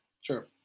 Sure